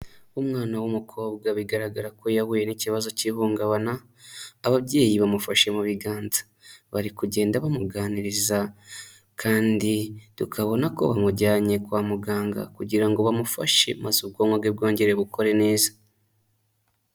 Umwana w'umukobwa bigaragara ko yahuye n'ikibazo cy'ihungabana, ababyeyi bamufashe mu biganza, bari kugenda bamuganiriza kandi tukabona ko bamujyanye kwa muganga kugira ngo bamufashe maze ubwonko bwe bwongere bukore neza.